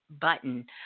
button